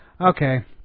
okay